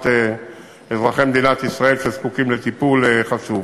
אזרחי מדינת ישראל שזקוקים לטיפול חשוב.